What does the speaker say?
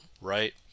right